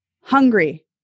hungry